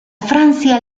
francia